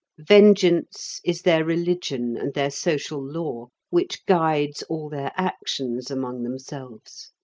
vengeance is their religion and their social law, which guides all their actions among themselves.